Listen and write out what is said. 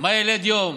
מה ילד יום,